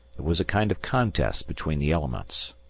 it was a kind of contest between the elements.